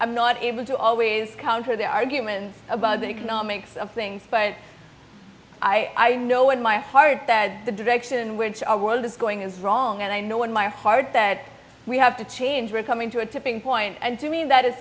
am not able to always counter their arguments about the economics of things but i know in my heart that the direction in which our world is going is wrong and i know in my heart that we have to change we're coming to a tipping point and to me that is